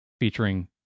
featuring